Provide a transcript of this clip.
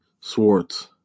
Swartz